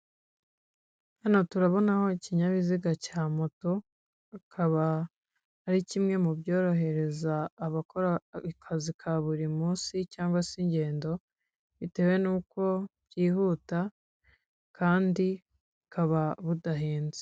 Hano turabonaho ikinyabiziga cya moto, akaba ari kimwe mu byorohereza abakora akazi ka buri munsi cyangwa se ingendo, bitewe n'uko byihuta kandi bukaba budahenze.